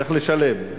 צריך לשלם,